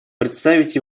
представить